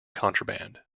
contraband